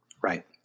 Right